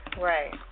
Right